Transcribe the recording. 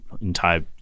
entire